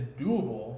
doable